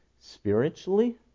spiritually